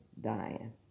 dying